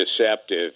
deceptive